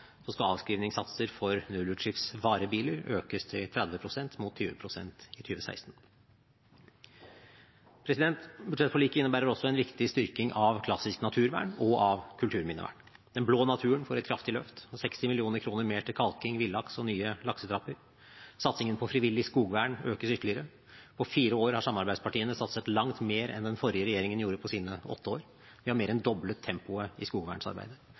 skal avskrivningssatser for nullutslipps varebiler økes til 30 pst., mot 20 pst. i 2016. Budsjettforliket innebærer også en viktig styrking av klassisk naturvern og av kulturminnevern. Den blå naturen får et kraftig løft på 60 mill. kr mer til kalking, villaks og nye laksetrapper. Satsingen på frivillig skogvern økes ytterligere. På fire år har samarbeidspartiene satset langt mer enn den forrige regjeringen gjorde på sine åtte år. Vi har mer enn doblet tempoet i